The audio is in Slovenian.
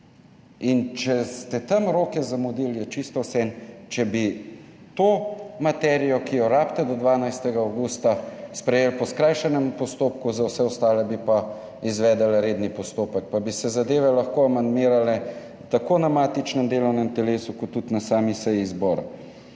Če ste tam roke zamudili, je čisto vseeno, če bi to materijo, ki jo rabite do 12. avgusta, sprejeli po skrajšanem postopku, za vse ostale bi pa izvedli redni postopek pa bi se zadeve lahko amandmirale tako na matičnem delovnem telesu kot tudi na sami seji zbora.